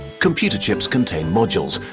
computer chips contain modules,